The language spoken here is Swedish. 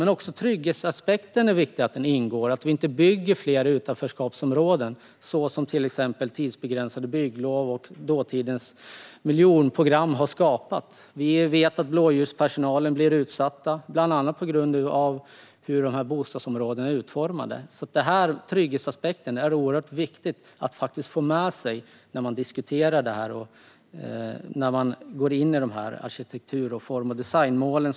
Men man måste också låta trygghetsaspekten ingå. Vi får inte bygga fler utanförskapsområden, som till exempel tidsbegränsade bygglov och dåtidens miljonprogram har skapat. Vi vet att blåljuspersonal blir utsatt på grund av bland annat hur bostadsområdena är utformade. Det är därför oerhört viktigt att ha med trygghetsaspekten när man diskuterar arkitektur, form och designmålen.